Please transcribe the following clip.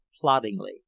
ploddingly